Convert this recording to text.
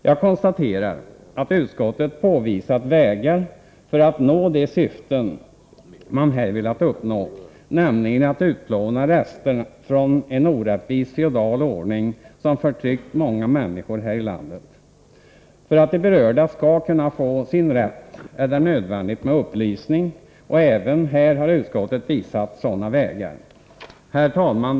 Jag konstaterar att utskottet visat på vägar för att nå de syften som angivits i motionen, nämligen att utplåna resterna av en orättvis, feodal ordning som förtryckt många människor här i landet. För att de berörda skall kunna få sin rätt är det nödvändigt med upplysning, och även här har utskottet visat på framkomliga vägar. Herr talman!